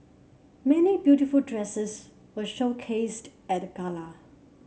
many beautiful dresses were showcased at the gala